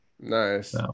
nice